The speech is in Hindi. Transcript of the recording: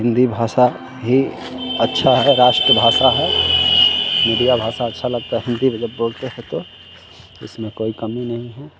हिन्दी भाषा ही अच्छा है राष्ट्र भाषा है मिडिया भाषा अच्छी लगती हिन्दी में जब बोलते हैं तो इसमें कोई कमी नहीं है